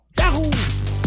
yahoo